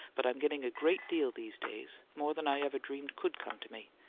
but i'm getting a great deal these days more than i ever dreamed could come to me.